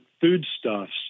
foodstuffs